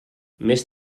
més